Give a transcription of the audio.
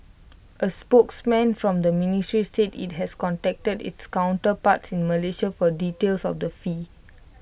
A spokesman from the ministry said IT has contacted its counterparts in Malaysia for details of the fee